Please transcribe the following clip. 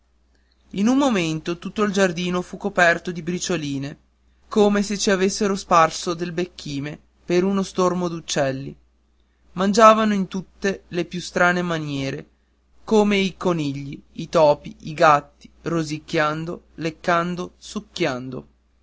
in un momento tutto il giardino fu coperto di bricioline come se ci avessero sparso del becchime per uno stormo d'uccelli mangiavano in tutte le più strane maniere come i conigli i topi i gatti rosicchiando leccando succhiando